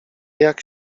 jak